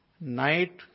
Night